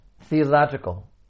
theological